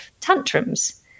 tantrums